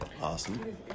Awesome